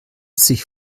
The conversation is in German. sich